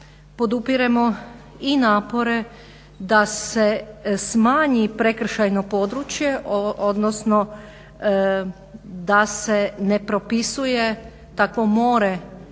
Podupiremo i napore da se smanji prekršajno područje, odnosno da se nepropisuje takvo more